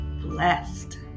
blessed